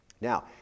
Now